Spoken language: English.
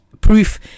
proof